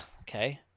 okay